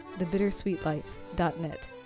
thebittersweetlife.net